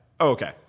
Okay